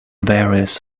various